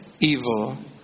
evil